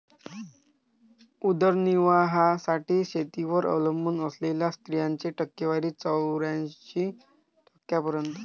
उदरनिर्वाहासाठी शेतीवर अवलंबून असलेल्या स्त्रियांची टक्केवारी चौऱ्याऐंशी टक्क्यांपर्यंत